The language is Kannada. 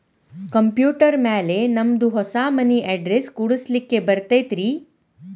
ಕಂಪ್ಯೂಟರ್ ಮ್ಯಾಲೆ ನಮ್ದು ಹೊಸಾ ಮನಿ ಅಡ್ರೆಸ್ ಕುಡ್ಸ್ಲಿಕ್ಕೆ ಬರತೈತ್ರಿ?